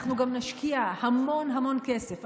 אנחנו גם נשקיע המון המון כסף,